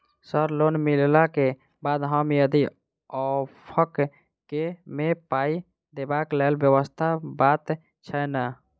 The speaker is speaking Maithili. सर लोन मिलला केँ बाद हम यदि ऑफक केँ मे पाई देबाक लैल व्यवस्था बात छैय नै?